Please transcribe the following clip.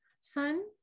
son